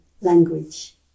language